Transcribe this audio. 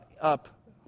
up